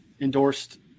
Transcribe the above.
Endorsed